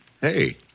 Hey